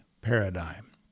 paradigm